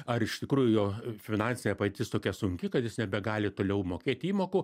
ar iš tikrųjų jo finansinė padėtis tokia sunki kad jis nebegali toliau mokėti įmokų